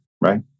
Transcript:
right